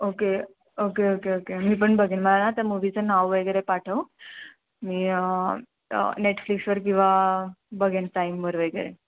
okay okay okay okay मी पण बघेन मला ना त्या मुव्हीचं नाव वगैरे पाठव मी नेटफ्लिक्सवर किंवा बघेन प्राईमवर वगैरे